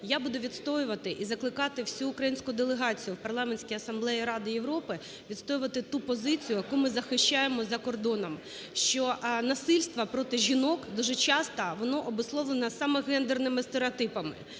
я буду відстоювати і закликати всю українську делегацію в Парламентській Асамблеї Ради Європи відстоювати ту позицію, яку ми захищаємо за кордоном. Що насильство проти жінок, дуже часто воно обумовлено саме гендерними стереотипами,